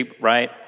right